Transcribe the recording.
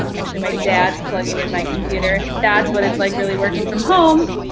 actually, my dad's plugging in my computer. that's what it's like really working from home.